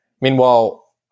Meanwhile